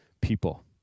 people